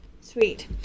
Sweet